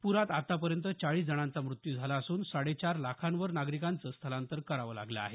पुरात आतापर्यंत चाळीस जणांचा मृत्यू झाला असून साडे चार लाखावर नागरिकांचं स्थलांतर करावं लागलं आहे